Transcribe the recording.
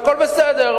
והכול בסדר.